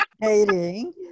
dating